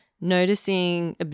noticing